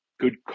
good